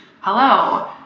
hello